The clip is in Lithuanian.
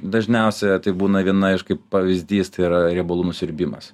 dažniausia tai būna viena aš kaip pavyzdys tai yra riebalų nusiurbimas